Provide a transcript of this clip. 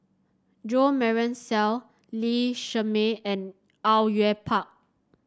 Jo Marion Seow Lee Shermay and Au Yue Pak